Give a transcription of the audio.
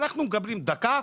אנחנו מדברים דקה,